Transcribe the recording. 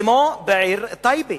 כמו בעיר טייבה,